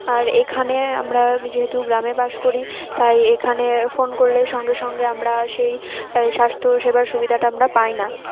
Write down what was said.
আর এখানে আমরা যেহেতু গ্রামে বাস করি তাই এখানে ফোন করলে সঙ্গে সঙ্গে আমরা সেই স্বাস্থ্যসেবার সুবিধাটা আমরা পাই না